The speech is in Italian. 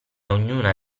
ognuna